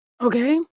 Okay